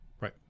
Right